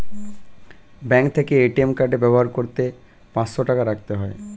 bank থেকে ATM card ব্যবহার করতে পাঁচশো টাকা রাখতে হয়